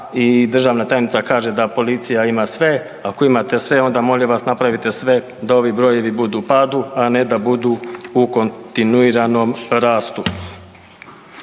državna tajnica kaže da policija ima sve. Ako imate sve onda molim vas napravite sve da ovi brojevi budu u padu, a ne da budu u kontinuiranom rastu.